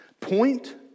Point